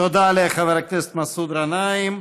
תודה לחבר הכנסת מסעוד גנאים.